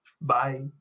Bye